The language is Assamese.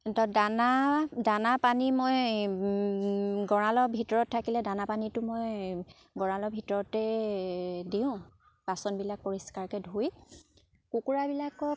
তাত দানা দানা পানী মই গঁৰালৰ ভিতৰত থাকিলে দানা পানীটো মই গঁৰালৰ ভিতৰতে দিওঁ বাচনবিলাক পৰিষ্কাৰকে ধুই কুকুৰাবিলাকক